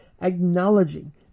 acknowledging